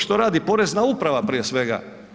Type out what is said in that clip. Što radi Porezna uprava prije svega?